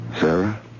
Sarah